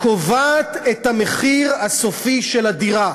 קובעת את המחיר הסופי של הדירה,